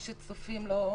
יש סמכות להטיל חובה כזאת.